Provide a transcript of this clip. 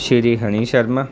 Shri Honey Sharma